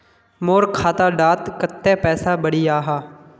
मोर खाता डात कत्ते पैसा बढ़ियाहा?